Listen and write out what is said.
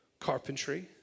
carpentry